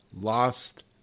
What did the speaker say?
lost